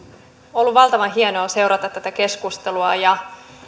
ollut valtavan hienoa seurata tätä keskustelua ja